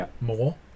more